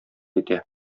итә